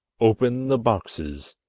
open the boxes,